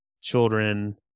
children